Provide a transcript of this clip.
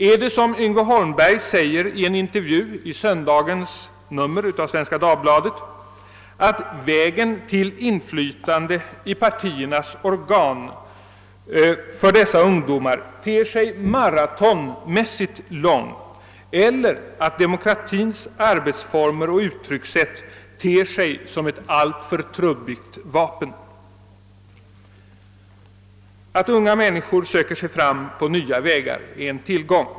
är det som Yngve Holmberg sade i en intervju i söndagens nummer av Svenska Dagbladet, att vägen till inflytande i partiernas organ för dessa ungdomar ter sig maratonmässigt lång eller att demokratins arbetsformer och uttryckssätt framstår som alltför trubbiga vapen? Att unga människor söker sig fram på nya vägar är en tillgång.